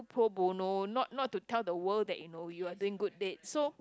pro bono not not to tell the world you know you are doing good deed so